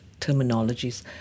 terminologies